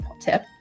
tip